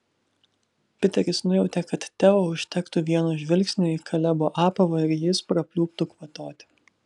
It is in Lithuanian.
piteris nujautė kad teo užtektų vieno žvilgsnio į kalebo apavą ir jis prapliuptų kvatoti